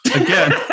Again